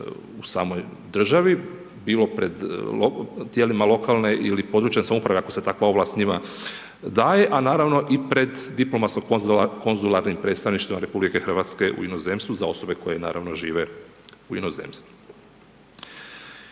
u samoj državi, bilo pred tijelima lokalne ili područne samouprave ako se takva ovlast njima daje a naravno i pred diplomatsko konzularnim predstavništvima RH za osobe koje naravno žive u inozemstvu.